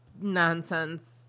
nonsense